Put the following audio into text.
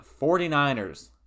49ers